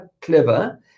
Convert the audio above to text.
clever